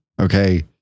Okay